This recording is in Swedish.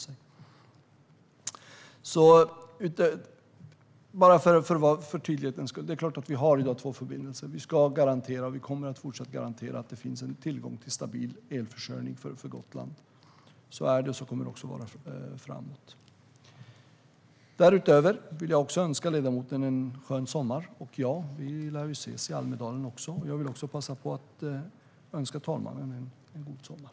Bara för tydlighets skull: Vi har i dag två förbindelser. Vi ska garantera, och vi kommer att fortsätta att göra det, att det finns tillgång till stabil elförsörjning för Gotland. Så är det, och så kommer det också att vara framöver. Jag vill önska ledamoten en skön sommar. Vi lär ses i Almedalen. Jag vill också passa på att önska herr talmannen en god sommar.